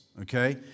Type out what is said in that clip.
okay